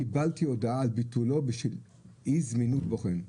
קיבלתי הודעה על ביטולו בשל אי זמינות בוחן,